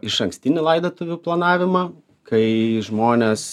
išankstinį laidotuvių planavimą kai žmonės